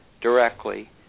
directly